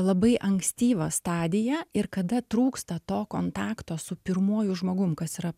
labai ankstyvą stadiją ir kada trūksta to kontakto su pirmuoju žmogum kas yra